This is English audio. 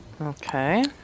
Okay